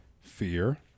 Fear